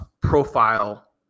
profile